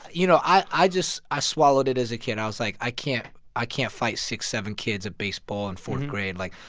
you know, i i just i swallowed it as a kid. i was like, i can't i can't fight six, seven kids at baseball in fourth grade. like,